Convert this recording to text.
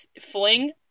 fling